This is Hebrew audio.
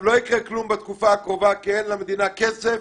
לא יקרה כלום בתקופה הקרובה כי אין למדינה כסף